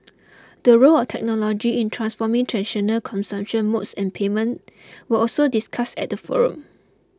the role of technology in transforming traditional consumption modes and payment were also discussed at the forum